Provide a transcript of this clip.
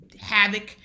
havoc